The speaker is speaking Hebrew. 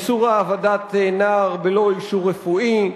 איסור העבדת נער בלא אישור רפואי,